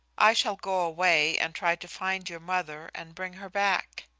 i shall go away and try to find your mother and bring her back.